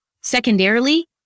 Secondarily